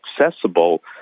accessible